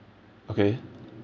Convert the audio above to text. okay